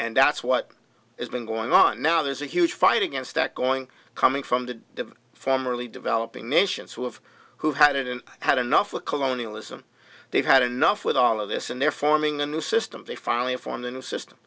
and that's what has been going on now there's a huge fight against that going coming from the formerly developing nations who have who hadn't had enough of colonialism they've had enough with all of this and they're forming a new system they finally form the new system